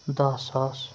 دَہ ساس